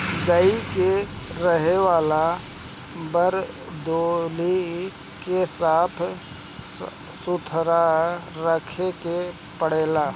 गाई के रहे वाला वरदौली के साफ़ सुथरा रखे के पड़ेला